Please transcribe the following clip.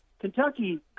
Kentucky